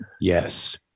Yes